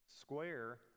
square